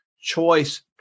Choice